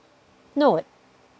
no